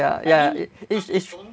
ya ya is is